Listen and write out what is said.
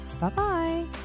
Bye-bye